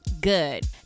good